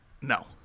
No